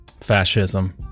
fascism